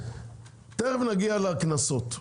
תכף נגיע לקנסות.